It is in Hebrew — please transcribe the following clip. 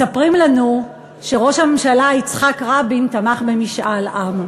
מספרים לנו שראש הממשלה יצחק רבין תמך במשאל עם.